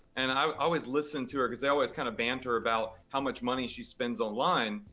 and i always listen to her, because they always kind of banter about how much money she spends online,